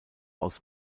aus